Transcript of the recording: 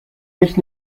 mich